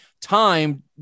time